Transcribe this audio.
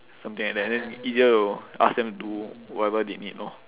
something like that then easier to ask them do whatever they need lor